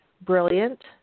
brilliant